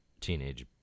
teenage